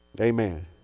Amen